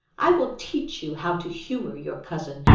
i will teach you how to humour your cousin,